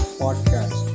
podcast